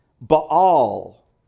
baal